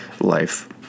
life